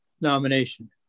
nomination